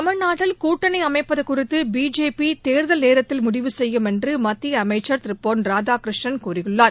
தமிழ்நாட்டில் கூட்டணி அமைப்பது குறித்து பிஜேபி தேர்தல் நேரத்தில் முடிவு செய்யும் என்று மத்திய அமைச்சர் திரு பொன் ராதாகிருஷ்ணன் கூறியுள்ளார்